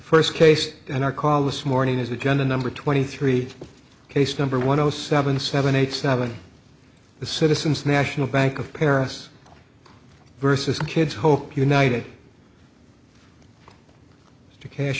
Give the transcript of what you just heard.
first case and our call this morning is going to number twenty three case number one zero seven seven eight seven the citizens national bank of paris versus kids hope united cas